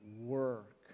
work